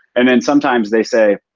and then sometimes they say,